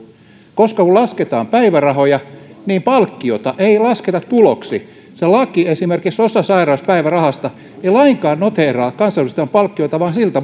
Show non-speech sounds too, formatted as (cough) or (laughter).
koska kun lasketaan päivärahoja niin palkkiota ei lasketa tuloksi esimerkiksi laki osasairauspäivärahasta ei lainkaan noteeraa kansanedustajan palkkioita vaan siltä (unintelligible)